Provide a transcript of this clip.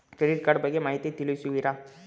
Credit card ಬಗ್ಗೆ ಮಾಹಿತಿ ತಿಳಿಸುವಿರಾ?